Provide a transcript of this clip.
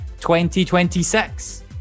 2026